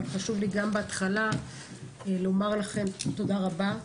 חשוב לי גם בהתחלה לומר לכם תודה רבה.